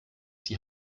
die